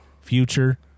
future